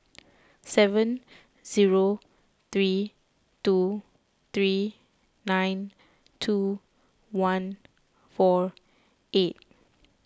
seven zero three two three nine two one four eight